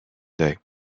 day